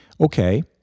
okay